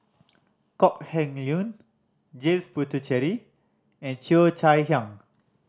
Kok Heng Leun James Puthucheary and Cheo Chai Hiang